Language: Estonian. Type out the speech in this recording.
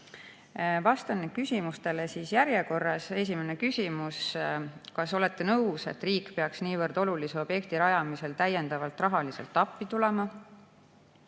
Vastan küsimustele järjekorras. Esimene küsimus: "Kas olete nõus, et riik peaks niivõrd olulise objekti rajamisel täiendavalt rahaliselt appi tulema?"